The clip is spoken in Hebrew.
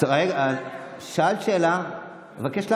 אבל הוא לא